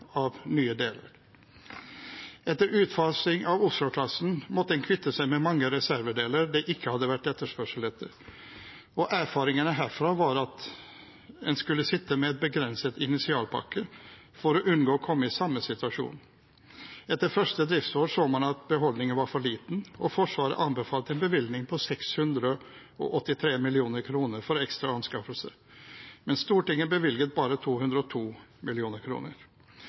av nye deler. Etter utfasing av Oslo-klassen måtte en kvitte seg med mange reservedeler det ikke hadde vært etterspørsel etter, og erfaringene herfra var at en skulle sitte med en begrenset initialpakke for å unngå å komme i samme situasjon. Etter første driftsår så man at beholdningen var for liten, og Forsvaret anbefalte en bevilgning på 683 mill. kr. for ekstra anskaffelse, men Stortinget bevilget bare 202